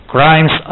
Crimes